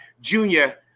junior